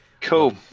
Cool